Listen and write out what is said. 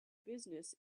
business